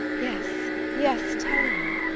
yes, yes tell me!